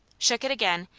shook it again,